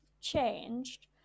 changed